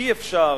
אי-אפשר